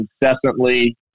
incessantly